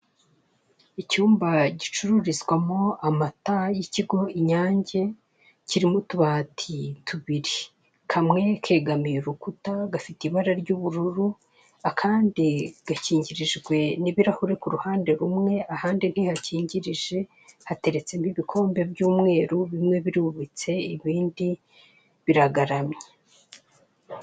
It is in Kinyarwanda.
Icyumba gicururizwamo amata y'ikigo inyange kirimo utubati tubiri kamwe kegamiye urukuta gafite ibara ry'ubururu akandi gakingirijwe n'ibirahure ku ruhande rumwe ahandi ntihakingirije, hateretsemo ibikombe by'umweru bimwe birubitse ibindi biragaramye.